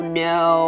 no